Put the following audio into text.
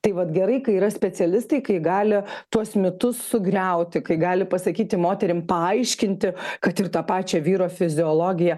tai vat gerai kai yra specialistai kai gali tuos mitus sugriauti kai gali pasakyti moterim paaiškinti kad ir tą pačią vyro fiziologiją